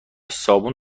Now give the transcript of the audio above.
صابون